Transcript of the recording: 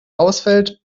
ausfällt